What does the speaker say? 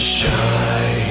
shine